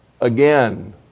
again